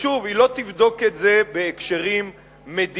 שוב, היא לא תבדוק את זה בהקשרים מדיניים.